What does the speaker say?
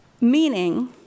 meaning